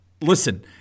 listen